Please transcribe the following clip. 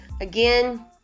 Again